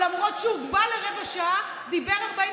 בניגוד מוחלט לאופן שבו הוא הצביע חמישה ימים לפני חילופי